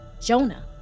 Jonah